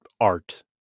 art